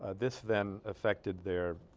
this then affected there